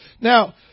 Now